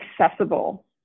accessible